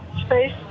space